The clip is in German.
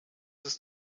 ist